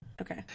Okay